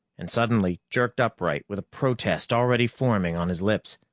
and suddenly jerked upright with a protest already forming on his lips.